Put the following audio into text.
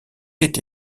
été